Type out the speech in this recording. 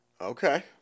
Okay